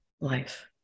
life